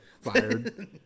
fired